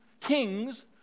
Kings